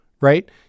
right